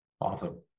Awesome